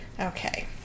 Okay